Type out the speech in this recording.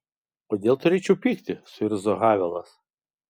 kodėl turėčiau pykti suirzo havelas